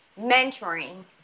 Mentoring